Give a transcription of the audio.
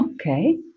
Okay